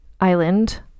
island